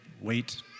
wait